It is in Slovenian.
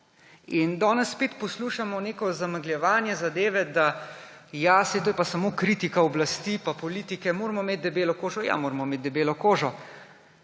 Danes spet poslušamo neko zamegljevanje zadeve, da saj to je pa samo kritika oblasti pa politike, moramo imeti debelo kožo. Ja, moramo imeti debelo kožo